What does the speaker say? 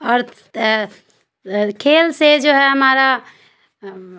اور کھیل سے جو ہے ہمارا